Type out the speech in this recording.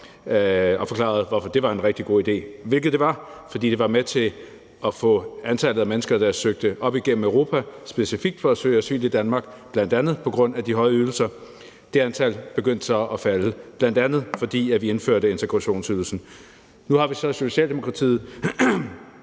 og forklarede, hvorfor det var en rigtig god idé, hvilket det var, fordi det var med til at få antallet af mennesker, der søgte op igennem Europa specifikt for at søge asyl i Danmark, bl.a. på grund af de høje ydelser, til at falde. Og det var bl.a., fordi vi indførte integrationsydelsen, antallet